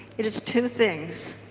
it is two things.